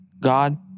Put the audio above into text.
God